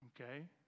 Okay